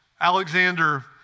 Alexander